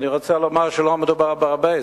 אני רוצה לומר שלא מדובר בהרבה,